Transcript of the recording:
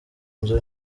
nzu